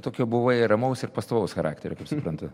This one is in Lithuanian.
tokio buvai ramaus ir pastovaus charakterio kaip suprantu